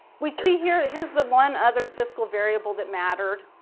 we see here. here's the one other fiscal variable that mattered